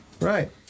Right